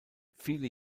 viele